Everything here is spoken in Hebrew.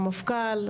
המפכ"ל,